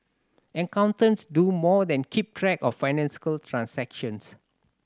accountants do more than keep track of financial transactions